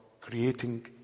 creating